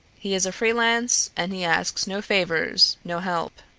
he is a freelance and he asks no favors, no help.